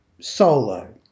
solo